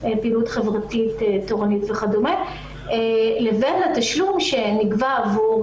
פעילות חברתית תורנית וכדומה; לבין התשלום שנגבה עבור